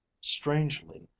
strangely